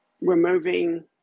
removing